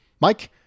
Mike